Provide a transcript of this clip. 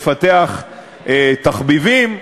לפתח תחביבים.